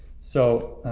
so